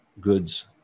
goods